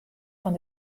fan